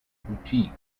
boutique